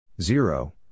zero